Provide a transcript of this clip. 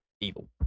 evil